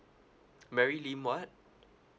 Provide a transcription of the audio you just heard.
mary lim what